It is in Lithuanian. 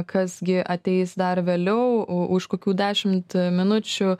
kas gi ateis dar vėliau o už kokių dešimt minučių